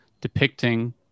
depicting